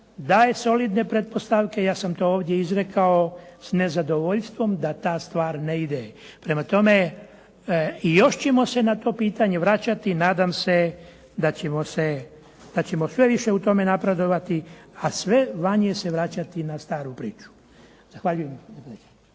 daje solidne pretpostavke, ja sam to ovdje izrekao s nezadovoljstvom da ta stvar ne ide. Prema tome i još ćemo se na to pitanje vraćati. Nadam se da ćemo se, da ćemo sve više u tome napredovati a sve manje se vraćati na staru priču. Zahvaljujem.